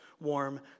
warm